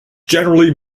generally